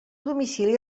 domicili